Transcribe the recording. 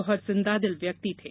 बहत जिन्दादिल व्यक्ति थे